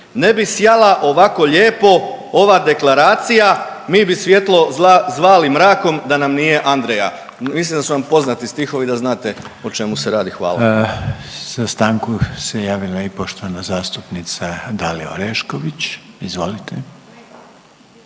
Ne bi sjala ovako lijepo ova deklaracija, mi bi svjetlo zvali mrakom da nam nije Andreja“, mislim da su vam poznati stihovi i da znate o čemu se radi, hvala. **Reiner, Željko (HDZ)** Za stanku se javila i poštovana zastupnica Dalija Orešković, izvolite.